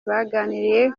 baganiriye